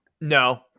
No